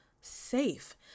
safe